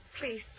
Please